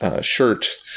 shirt